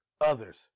Others